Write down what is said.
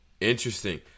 Interesting